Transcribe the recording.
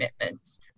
commitments